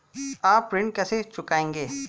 आप ऋण कैसे चुकाएंगे?